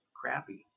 crappy